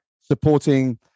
supporting